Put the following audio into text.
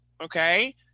okay